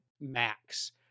max